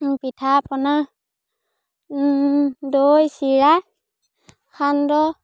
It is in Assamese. পিঠা পনা দৈ চিৰা সান্দহ